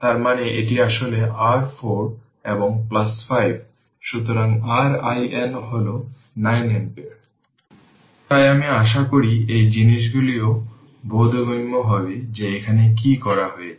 এইভাবে ক্যাপাসিটর জুড়ে t বা 0 এর সমান ভোল্টেজ আমরা জানি v t V0 e এর পাওয়ার t τ